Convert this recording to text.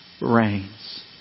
reigns